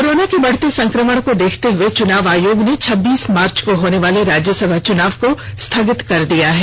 corona के बढ़ते संक्रमण को देखते हुए चुनाव आयोग ने छब्बीस मार्च को होने वाले राज्यसभा चुनाव को स्थगित कर दिया गया है